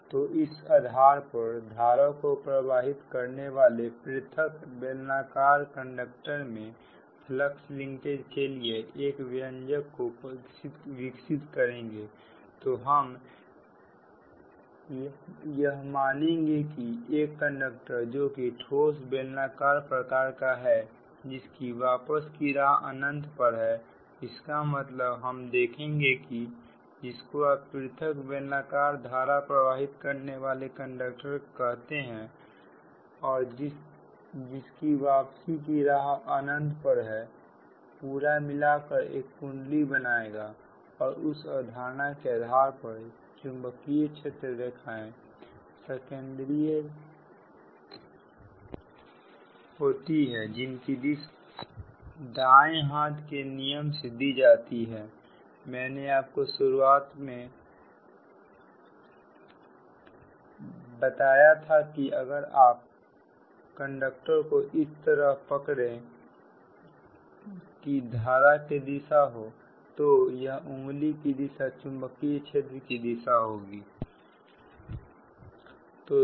तो इस आधार पर धारा को प्रवाहित करने वाले पृथक बेलनाकार कंडक्टर में फ्लक्स लिंकेज के लिए एक व्यंजक को विकसित करेंगे तो हम यह मानेंगे की एक कंडक्टर जो कि ठोस बेलनाकार प्रकार का है जिसकी वापस की राह अनंत पर है इसका मतलब हम देखेंगे कि जिसको आप पृथक बेलनाकार धारा प्रवाहित करने वाली कंडक्टर कहते हैं और जिस की वापसी की राह अनंत पर है पूरा मिलकर एक कुंडली बनाएगा और इन अवधारणा के आधार पर चुंबकीय क्षेत्र रेखाएं सकेंद्रीय जिन की दिशा दाएं हाथ के नियम से दी जाती है मैंने आपको शुरुआत बताया था कि अगर आप कंडक्टर को इस तरह पकड़े कि यह धारा की दिशा हो तो यह उंगली की दिशा चुंबकीय क्षेत्र रेखाओं की दिशा होगी ठीक है